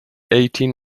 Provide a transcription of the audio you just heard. eigtheen